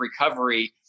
recovery